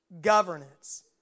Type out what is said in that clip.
governance